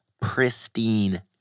pristine